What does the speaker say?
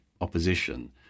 opposition